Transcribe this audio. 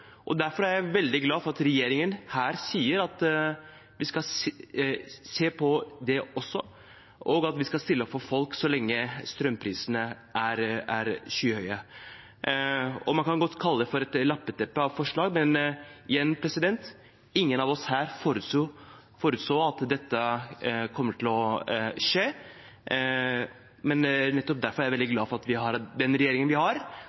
og derfor er jeg veldig glad for at regjeringen her sier at vi også skal se på det, og at vi skal stille opp for folk så lenge strømprisene er skyhøye. Man kan godt kalle det for et lappeteppe av forslag, men igjen: Ingen av oss her forutså at dette kom til å skje. Nettopp derfor er jeg veldig glad for at vi har den regjeringen vi har, som har